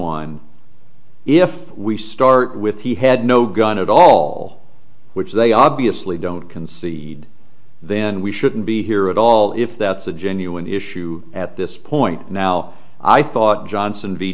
on if we start with he had no gun at all which they obviously don't concede then we shouldn't be here at all if that's a genuine issue at this point now i thought johnson